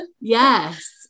Yes